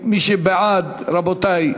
מי שבעד, רבותי,